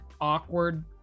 awkward